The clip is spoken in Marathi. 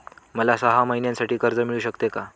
मला सहा महिन्यांसाठी कर्ज मिळू शकते का?